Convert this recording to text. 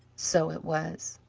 so it was!